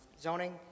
zoning